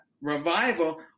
revival